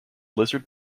lizard